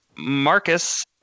Marcus